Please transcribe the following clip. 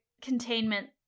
containment